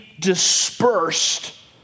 dispersed